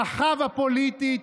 רחב הפוליטית,